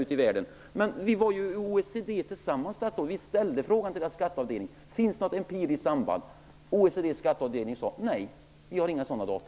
Men vi ställde ju frågan gemensamt till OECD:s skatteavdelning om det fanns något empiriskt samband. OECD:s skatteavdelning svarade: Nej, vi har inga sådana data.